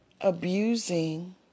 abusing